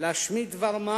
להשמיט דבר מה